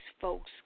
folks